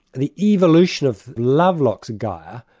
the evolution of lovelock's gaia,